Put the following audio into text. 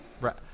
Right